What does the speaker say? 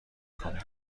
کنیم